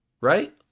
right